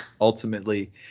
ultimately –